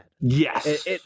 Yes